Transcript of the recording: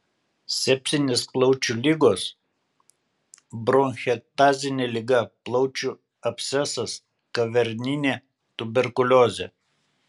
sepsinės plaučių ligos bronchektazinė liga plaučių abscesas kaverninė tuberkuliozė